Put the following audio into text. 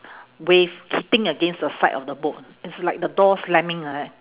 wave hitting against the side of the boat it's like the door slamming like that